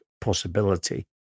possibility